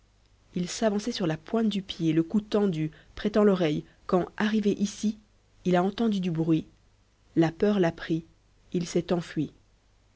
il s'avançait sur la pointe du pied le cou tendu prêtant l'oreille quand arrivé ici il a entendu du bruit la peur l'a pris il s'est enfui